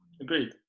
Agreed